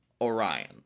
Orion